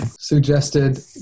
suggested